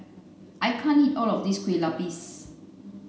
I can't eat all of this Kueh Lapis